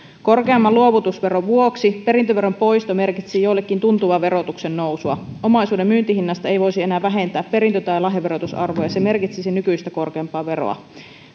korkeamman luovutusveron vuoksi perintöveron poisto merkitsisi joillekin tuntuvaa verotuksen nousua omaisuuden myyntihinnasta ei voisi enää vähentää perintö tai lahjaverotusarvoa ja se merkitsisi nykyistä korkeampaa veroa